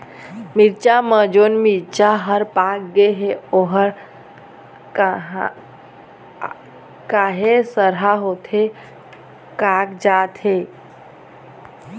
मिरचा म जोन मिरचा हर पाक गे हे ओहर काहे सरहा होथे कागजात हे?